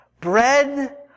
Bread